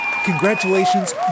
congratulations